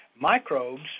microbes